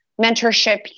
mentorship